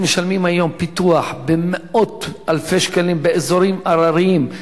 הם משלמים היום פיתוח במאות אלפי שקלים באזורים הרריים,